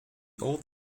old